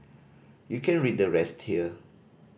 you can read the rest here